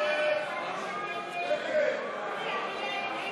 הצעת סיעת המחנה הציוני להביע אי-אמון